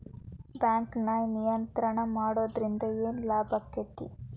ಬ್ಯಾಂಕನ್ನ ನಿಯಂತ್ರಣ ಮಾಡೊದ್ರಿಂದ್ ಏನ್ ಲಾಭಾಕ್ಕತಿ?